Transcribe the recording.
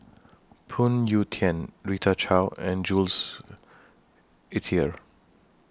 Phoon Yew Tien Rita Chao and Jules Itier